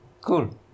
Cool